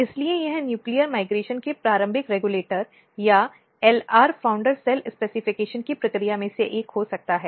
इसलिए यह न्यूक्लीय माइग्रेशन के प्रारंभिक रेगुलेटर या LR संस्थापक सेल विनिर्देश की प्रक्रिया में से एक हो सकता है